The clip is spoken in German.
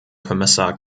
kommissar